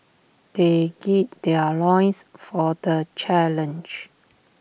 they gird their loins for the challenge